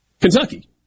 Kentucky